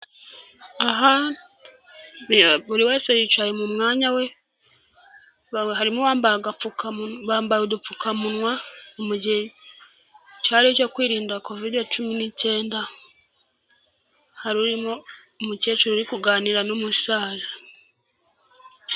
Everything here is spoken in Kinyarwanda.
Aha buri wese yicaye mu mwanya we, bambaye udupfukamunwa, ni mu gihe cyari icyo kwirinda Kovide cumi n'icyenda, hari umukecuru uri kuganira n'umusaza.